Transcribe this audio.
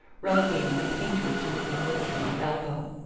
relegating the painter to mrs. lipscomb's elbow.